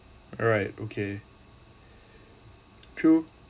alright okay true